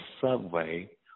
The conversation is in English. subway